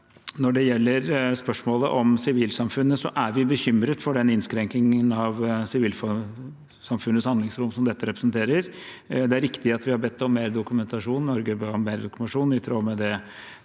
Når det gjelder spørsmålet om sivilsamfunnet, er vi bekymret for den innskrenkingen av sivilsamfunnets handlingsrom som dette representerer. Det er riktig at Norge har bedt om mer dokumentasjon, i tråd med det